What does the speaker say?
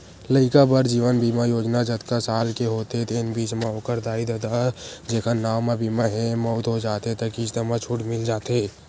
लइका बर जीवन बीमा योजना जतका साल के होथे तेन बीच म ओखर दाई ददा जेखर नांव म बीमा हे, मउत हो जाथे त किस्त म छूट मिल जाथे